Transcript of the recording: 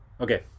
Okay